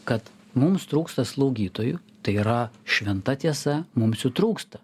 kad mums trūksta slaugytojų tai yra šventa tiesa mums jų trūksta